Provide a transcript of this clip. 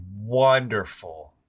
wonderful